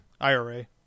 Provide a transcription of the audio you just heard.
IRA